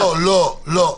לא, לא, לא.